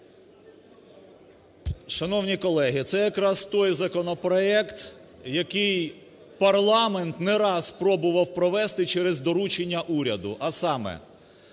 Шановні колеги! Це якраз той законопроект, який парламент не раз пробував провести через доручення уряду, а саме: